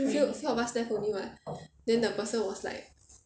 few few of us left only [what] then the person was like